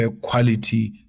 quality